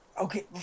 Okay